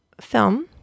film